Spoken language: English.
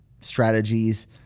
strategies